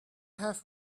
have